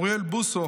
אוריאל בוסו,